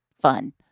fun